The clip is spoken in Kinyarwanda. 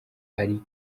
ari